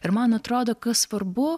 ir man atrodo kas svarbu